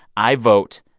i vote.